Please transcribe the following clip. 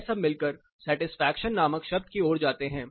यह सब मिलकर सेटिस्फेक्शन नामक शब्द की ओर जाते है